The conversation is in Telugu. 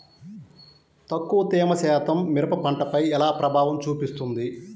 తక్కువ తేమ శాతం మిరప పంటపై ఎలా ప్రభావం చూపిస్తుంది?